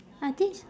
I think sh~